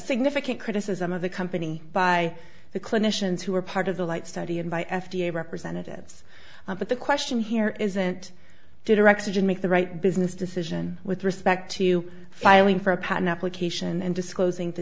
significant criticism of the company by the clinicians who were part of the light study and by f d a representatives but the question here isn't directed to make the right business decision with respect to filing for a patent application and disclosing the